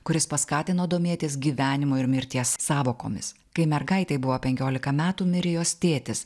kuris paskatino domėtis gyvenimo ir mirties sąvokomis kai mergaitei buvo penkiolika metų mirė jos tėtis